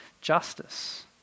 justice